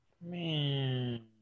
Man